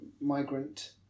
migrant